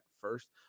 first